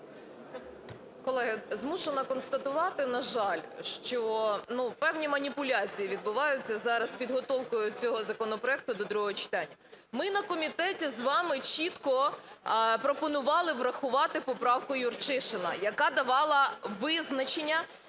Колеги, змушена констатувати, на жаль, що певні маніпуляції відбуваються зараз з підготовкою цього законопроекту до другого читання. Ми на комітеті з вами чітко пропонували врахувати поправку Юрчишина, яка давала визначення,